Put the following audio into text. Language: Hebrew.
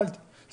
אז